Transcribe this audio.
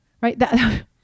right